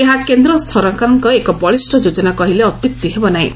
ଏହା କେନ୍ଦ ସରକାରଙ୍କ ଏକ ବଳିଷ୍ ଯୋଜନା କହିଲେ ଅତ୍ୟକ୍କି ହେବନାହିଁ